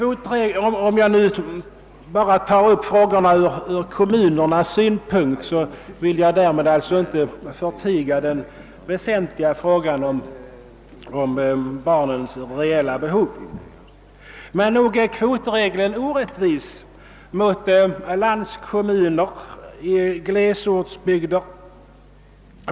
Om jag nu bara tar upp frågorna om spärrreglerna ur kommunernas synpunkt vill jag därmed inte förtiga att frågan om barnens reella behov är mycket väsentlig. Kvotregeln är orättvis mot landskommuner i glesbygder.